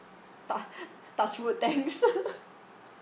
tou~ touch wood thanks